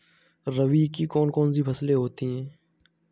रबी की कौन कौन सी फसलें होती हैं?